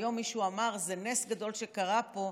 היום מישהו אמר: זה נס גדול שקרה פה,